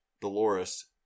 Dolores